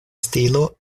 stilo